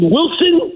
Wilson